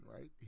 right